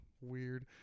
weird